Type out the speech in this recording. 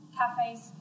cafes